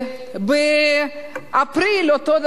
באפריל, אותו דבר,